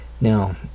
Now